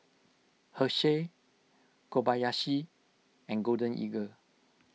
Herschel Kobayashi and Golden Eagle